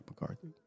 McCarthy